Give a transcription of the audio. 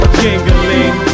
jingling